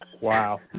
Wow